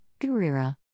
Gurira